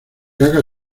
caca